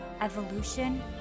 evolution